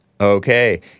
Okay